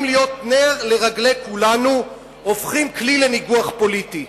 להיות נר לרגלי כולנו הופכים כלי לניגוח פוליטי.